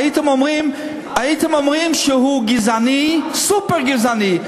הייתם אומרים שהוא גזעני, סופר-גזעני.